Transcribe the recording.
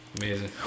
Amazing